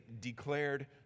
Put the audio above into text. declared